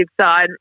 side